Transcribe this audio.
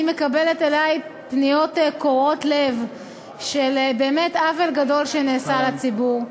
אני מקבלת אלי פניות קורעות לב על עוול גדול שנעשה לציבור.